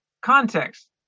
context